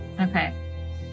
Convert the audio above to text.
Okay